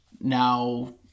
now